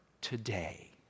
today